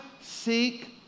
seek